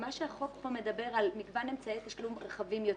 החוק כאן מדבר על מגוון אמצעי תשלום רחבים יותר.